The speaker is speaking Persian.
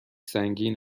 سنگین